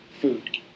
food